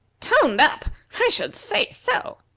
toned up! i should say so!